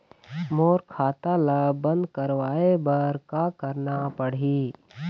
मोर खाता ला बंद करवाए बर का करना पड़ही?